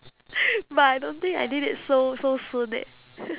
but I don't think I need it so so soon eh